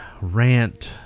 rant